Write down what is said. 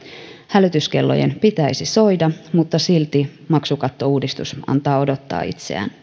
hälytyskellojen pitäisi soida mutta silti maksukattouudistus antaa odottaa itseään